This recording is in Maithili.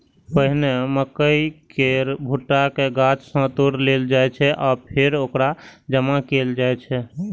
पहिने मकइ केर भुट्टा कें गाछ सं तोड़ि लेल जाइ छै आ फेर ओकरा जमा कैल जाइ छै